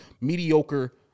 mediocre